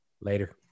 Later